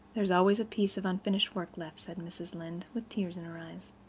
there's always a piece of unfinished work left, said mrs. lynde, with tears in her eyes.